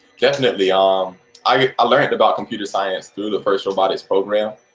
definitely, um i learned about computer science through the first robotics program.